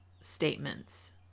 statements